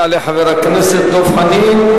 יעלה חבר הכנסת דב חנין.